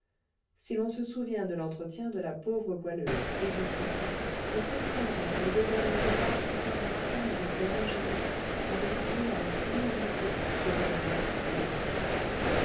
si l'on se souvient de l'entretien de la pauvre goualeuse et du curé on comprendra qu'elle devait recevoir ces caresses tendres et ingénues avec un mélange d'humilité de bonheur et de crainte